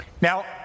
Now